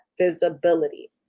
visibility